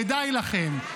כדאי לכם,